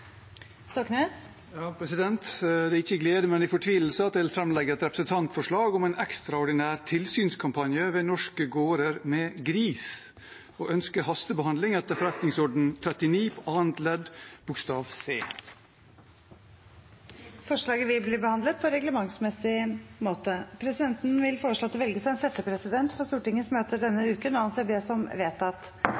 Stoknes vil fremsette et representantforslag. Det er ikke med glede, men i fortvilelse jeg framlegger et representantforslag om en ekstraordinær tilsynskampanje ved norske gårder med gris, med ønske om hastebehandling etter forretningsordenen § 39 annet ledd bokstav c. Forslaget vil bli behandlet på reglementsmessig måte. Presidenten vil foreslå at det velges en settepresident for Stortingets møter denne